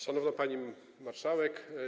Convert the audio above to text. Szanowna Pani Marszałek!